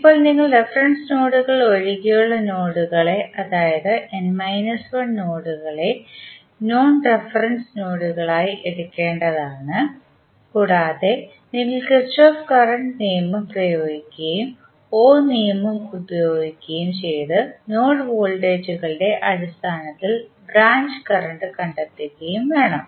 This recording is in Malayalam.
ഇപ്പോൾ നിങ്ങൾ റഫറൻസ് നോഡുകൾ ഒഴികെയുള്ള നോഡുകളെ അതായത് നോഡുകളെ നോൺ റഫറൻസ് നോഡുകൾ ആയി എടുക്കേണ്ടതാണ് കൂടാതെ നിങ്ങൾ കിർചോഫ് കറണ്ട് നിയമം പ്രയോഗിക്കുകയും ഓം നിയമം ഉപയോഗിക്കുകയും ചെയ്ത് നോഡ് വോൾട്ടേജുകളുടെ അടിസ്ഥാനത്തിൽ ബ്രാഞ്ച് കറണ്ട് കണ്ടെത്തുകയും വേണം